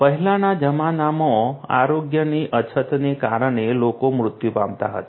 પહેલાના જમાનામાં આરોગ્યની અછતને કારણે લોકો મૃત્યુ પામતા હતા